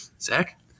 Zach